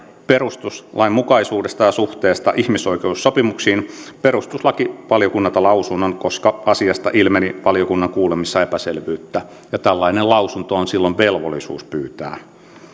perustuslainmukaisuudesta ja suhteesta ihmisoikeussopimuksiin perustuslakivaliokunnalta lausunnon koska asiasta ilmeni valiokunnan kuulemisissa epäselvyyttä tällainen lausunto on silloin velvollisuus pyytää